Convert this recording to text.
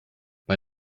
bei